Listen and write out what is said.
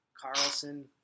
Carlson